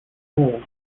old